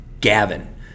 Gavin